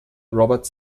robert